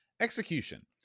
Execution